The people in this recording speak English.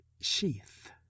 sheath